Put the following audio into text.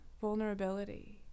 vulnerability